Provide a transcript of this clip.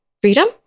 freedom